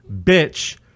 bitch